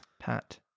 Pat